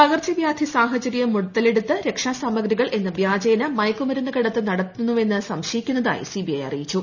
പകർച്ചവ്യാധി സാഹചര്യം മുതലെടുത്ത് രക്ഷാസാമഗ്രികൾ എന്ന വ്യാജേന മയക്കുമരുന്ന് കടത്ത് നടത്തുന്നുവെന്ന് സംശയിക്കുന്നതായി സിബിഐ അറിയിച്ചു